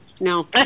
no